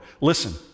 listen